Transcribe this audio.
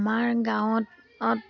আমাৰ গাঁৱত